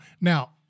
Now